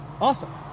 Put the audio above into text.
Awesome